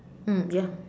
mm ya